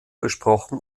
besprochen